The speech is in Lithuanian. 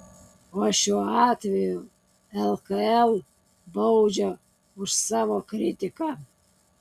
o šiuo atveju lkl baudžia už savo kritiką